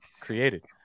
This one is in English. created